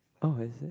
oh is it